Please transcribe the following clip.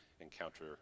encounter